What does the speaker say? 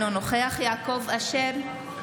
אינו נוכח יעקב אשר,